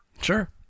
Sure